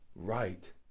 right